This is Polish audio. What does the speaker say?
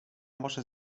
może